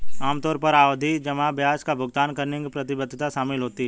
आम तौर पर आवधिक ब्याज का भुगतान करने की प्रतिबद्धता शामिल होती है